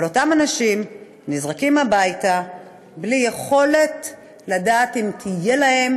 אבל אותם אנשים נזרקים הביתה בלי יכולת לדעת אם תהיה להם